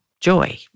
joy